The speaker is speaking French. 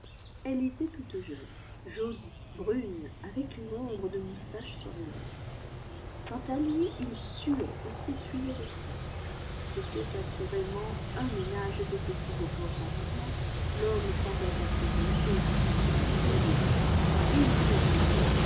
elle était toute jeune jolie brune avec une ombre de moustache sur les lèvres quant à lui il suait et s'essuyait le front c'était assurément un ménage de petits bourgeois parisiens l'homme semblait atterré éreinté et désolé il